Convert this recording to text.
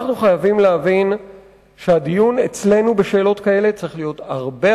אנחנו חייבים להבין שהדיון אצלנו בשאלות כאלה צריך להיות הרבה,